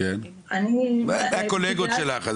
קולגות שלך.